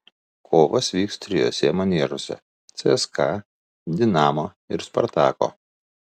kovos vyks trijuose maniežuose cska dinamo ir spartako